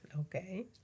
Okay